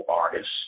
artists